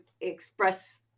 express